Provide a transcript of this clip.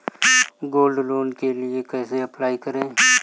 Gold loan के लिए कैसे अप्लाई करें?